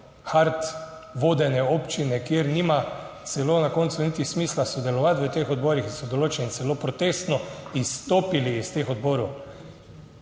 hard" vodenja občine, kjer nima celo na koncu niti smisla sodelovati v teh odborih in so določeni celo protestno izstopili iz teh odborov.